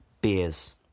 beers